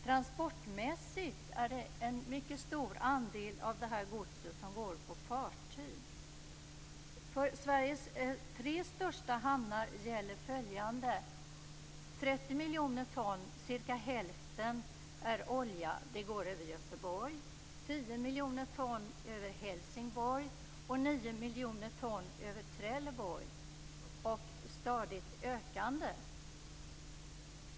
Transportmässigt är det en mycket stor andel av godset som går på fartyg. För Sveriges tre största hamnar gäller följande: 30 miljoner ton går över Helsingborg och 9 miljoner ton över Trelleborg, och stadigt ökande.